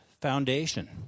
foundation